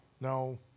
No